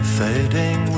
fading